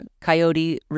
Coyote